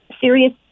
serious